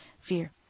fear